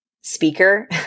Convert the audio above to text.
speaker